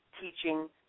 teaching